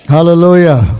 Hallelujah